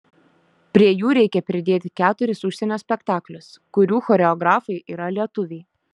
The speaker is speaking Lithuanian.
prie jų reikia pridėti keturis užsienio spektaklius kurių choreografai yra lietuviai